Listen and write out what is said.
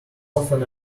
often